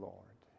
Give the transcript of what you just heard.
Lord